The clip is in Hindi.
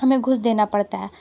हमें घूस देना पड़ता है